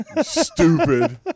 stupid